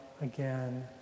again